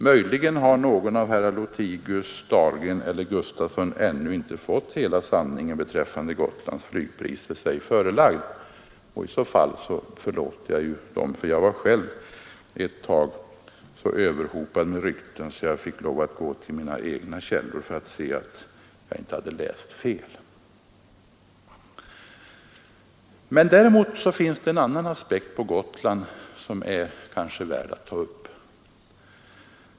Möjligen har herrar Lothigius, Dahlgren och Gustafson i Göteborg ännu inte fått hela sanningen beträffande Gotlands flygpriser sig förelagd, och i så fall förlåter jag dem; jag var själv ett tag så överhopad med rykten att jag fick lov att gå till mina egna källor för att kontrollera att jag inte hade läst fel. Men det finns en annan aspekt på Gotland att ta upp som är värre.